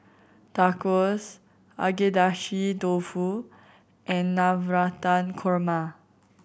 Tacos Agedashi Dofu and Navratan Korma